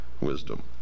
wisdom